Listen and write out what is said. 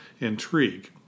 intrigue